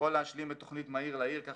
לפעול להשלים את תוכנית מהיר לעיר כך